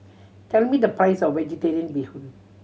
tell me the price of Vegetarian Bee Hoon